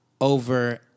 over